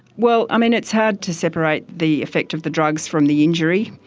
well, um and it's hard to separate the effect of the drugs from the injury.